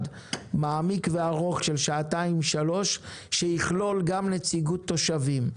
מעמיק וארוך של כשעתיים-שלוש שיכלול גם נציגות תושבים.